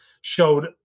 showed